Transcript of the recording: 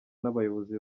n’abayobozi